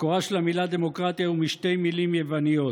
מקורה של המילה "דמוקרטיה" הוא משתי מילים יווניות: